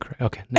okay